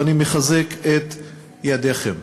ואני מחזק את ידיכם.